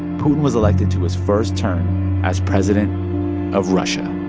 putin was elected to his first term as president of russia